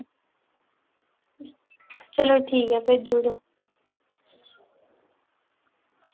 चलो ठीक ऐ भेजी ओड़ेओ